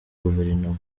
guverinoma